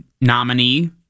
nominee